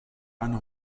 eine